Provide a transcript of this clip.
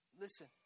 Listen